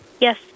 Yes